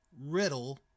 Riddle